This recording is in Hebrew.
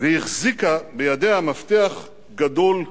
והחזיקה בידה מפתח גדול וסמלי.